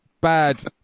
bad